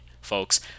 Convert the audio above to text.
folks